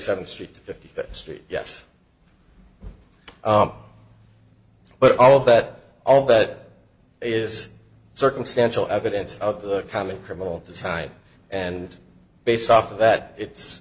seventh street to fifty fifth street yes but all of that all that is circumstantial evidence of the common criminal design and based off of that it's